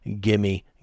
gimme